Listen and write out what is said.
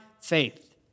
faith